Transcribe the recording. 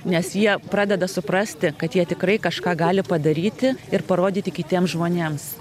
nes jie pradeda suprasti kad jie tikrai kažką gali padaryti ir parodyti kitiem žmonėms